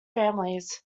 families